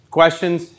questions